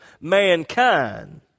mankind